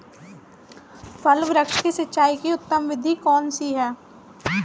फल वृक्ष की सिंचाई की उत्तम विधि कौन सी है?